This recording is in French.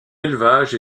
élevage